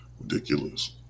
ridiculous